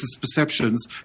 perceptions